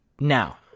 Now